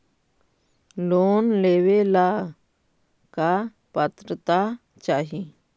Loan लेवेला का पात्रता चाही?